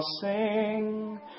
sing